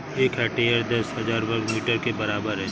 एक हेक्टेयर दस हजार वर्ग मीटर के बराबर है